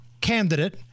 candidate